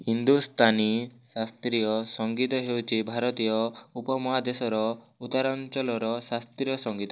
ହିନ୍ଦୁସ୍ତାନୀ ଶାସ୍ତ୍ରୀୟ ସଙ୍ଗୀତ ହେଉଛି ଭାରତୀୟ ଉପମହାଦେଶର ଉତ୍ତରାଞ୍ଚଳର ଶାସ୍ତ୍ରୀୟ ସଙ୍ଗୀତ